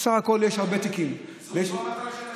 בסך הכול יש הרבה תיקים, זאת המטרה של השאילתות.